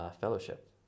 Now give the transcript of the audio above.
fellowship